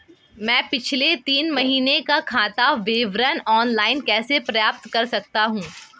मैं पिछले तीन महीनों का खाता विवरण ऑनलाइन कैसे प्राप्त कर सकता हूं?